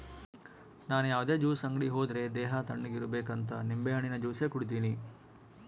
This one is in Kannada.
ನನ್ ಯಾವುದೇ ಜ್ಯೂಸ್ ಅಂಗಡಿ ಹೋದ್ರೆ ದೇಹ ತಣ್ಣುಗಿರಬೇಕಂತ ನಿಂಬೆಹಣ್ಣಿನ ಜ್ಯೂಸೆ ಕುಡೀತೀನಿ